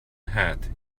hat